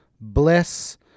bliss